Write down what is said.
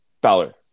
Ballard